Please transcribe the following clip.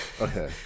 Okay